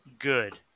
Good